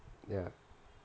ya